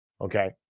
okay